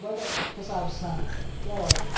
بَڑٕ حِساب سان کیٛاہ وۄپدِ